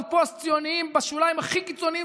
על פוסט-ציונים בשוליים הכי קיצוניים,